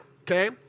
okay